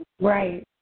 right